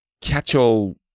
catch-all